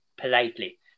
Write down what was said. politely